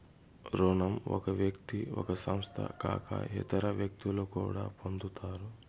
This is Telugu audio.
రుణం ఒక వ్యక్తి ఒక సంస్థ కాక ఇతర వ్యక్తులు కూడా పొందుతారు